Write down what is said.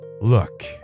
Look